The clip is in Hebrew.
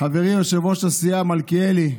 חברי יושב-ראש הסיעה, מלכיאלי,